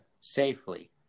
safely